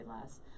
less